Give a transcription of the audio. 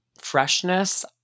Freshness